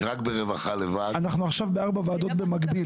שרק ברווחה לבד -- אחנו עכשיו בארבע ועדות במקביל.